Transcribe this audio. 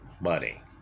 money